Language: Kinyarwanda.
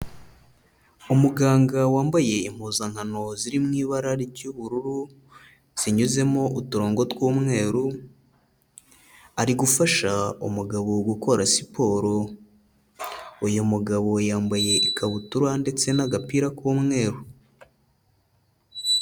Umuganga wambaye impuzankano ziri mu ibara ry'ubururu zinyuzemo uturongo tw'umweru ari gufasha umugabo gukora siporo, uyu mugabo yambaye ikabutura ndetse n'agapira k'umweru.